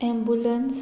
ambulance